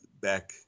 back